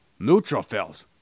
neutrophils